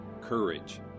courage